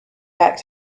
back